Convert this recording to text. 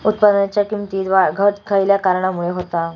उत्पादनाच्या किमतीत वाढ घट खयल्या कारणामुळे होता?